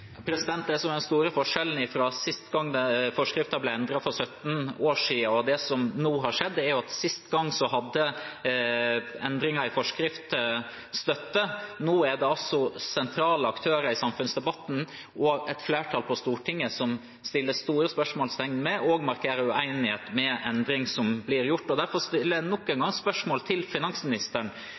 den store forskjellen fra sist gang forskriften ble endret, for 17 år siden, og til det som nå har skjedd, er at sist gang hadde endringen i forskriften støtte. Nå er det sentrale aktører i samfunnsdebatten og et flertall på Stortinget som setter store spørsmålstegn – og markerer uenighet – ved den endring som ble gjort. Derfor stiller jeg nok en gang spørsmål til finansministeren: